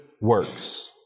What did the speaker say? works